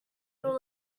were